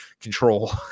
control